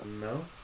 No